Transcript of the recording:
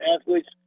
athletes